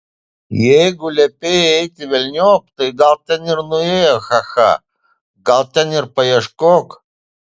jeigu liepei eiti velniop tai gal ten ir nuėjo cha cha gal ten ir paieškok